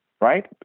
right